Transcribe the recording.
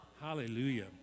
Hallelujah